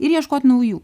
ir ieškot naujų